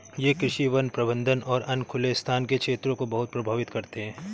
ये कृषि, वन प्रबंधन और अन्य खुले स्थान के क्षेत्रों को बहुत प्रभावित करते हैं